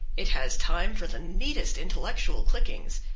it has time for the neatest intellectual clickings,